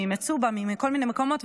ממצובה ומכל מיני מקומות,